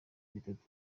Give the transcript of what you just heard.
bitatu